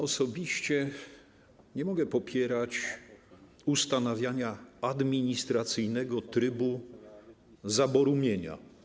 Osobiście nie mogę popierać ustanawiania administracyjnego trybu zaboru mienia.